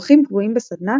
אורחים קבועים בסדנה - פרופ'